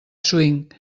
swing